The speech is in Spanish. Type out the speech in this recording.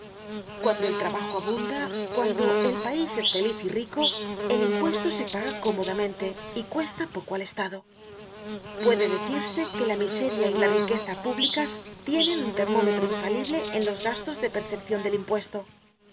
cuando el trabajo abunda cuando el pais es feliz y rico el impuesto se paga cómodamente y cuesta poco al estado puede decirse que la miseria y la riqueza públicas tienen un termómetro infalible en los gastos de percepcion del impuesto en